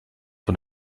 von